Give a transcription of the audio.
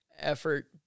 effort